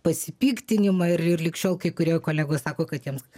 pasipiktinimą ir ir lyg šiol kai kurie kolegos sako kad jiems